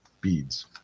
beads